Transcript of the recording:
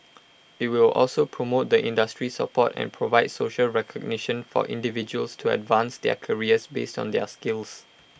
IT will also promote the industry support and provide social recognition for individuals to advance their careers based on their skills